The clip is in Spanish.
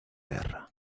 guerra